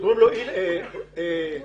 אהרון חליווה,